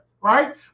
right